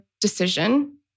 decision